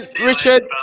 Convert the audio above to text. Richard